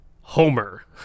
Homer